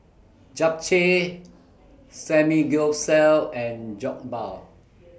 Japchae Samgyeopsal and Jokbal